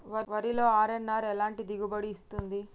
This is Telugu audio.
వరిలో అర్.ఎన్.ఆర్ ఎలాంటి దిగుబడి ఇస్తుంది?